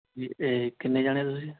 ਜੀ ਕਿੰਨੇ ਜਾਣੇ ਤੁਸੀਂ